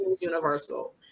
universal